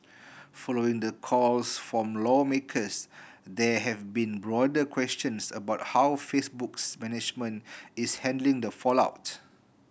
following the calls from lawmakers there have been broader questions about how Facebook's management is handling the fallout